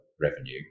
revenue